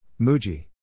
Muji